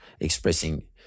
expressing